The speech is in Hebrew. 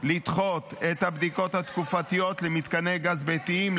לדחות את הבדיקות התקופתיות למתקני גז ביתיים,